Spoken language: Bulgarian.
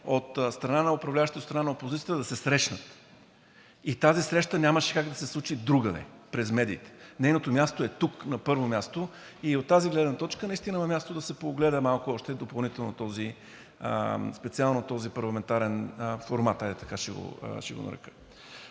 от страна на управляващите и от страна на опозицията да се срещнат, и тази среща нямаше как да се случи другаде – през медиите, нейното място е тук, на първо място. От тази гледна точка наистина има място да се поогледа още малко, допълнително специално този парламентарен формат – хайде, така ще го нарека.